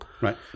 right